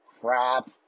crap